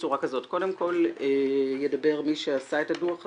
קודם ידבר מי שעשה את הדוח הזה,